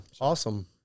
awesome